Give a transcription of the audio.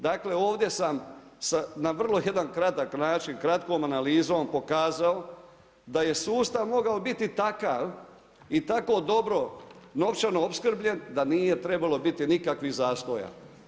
Dakle ovdje sam na vrlo jedan kratak način, kratkom analizom pokazao da je sustav mogao biti takav i tako dobro novčano opskrbljen da nije trebalo biti nikakvih zastoja.